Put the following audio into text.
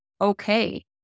okay